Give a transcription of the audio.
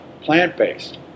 plant-based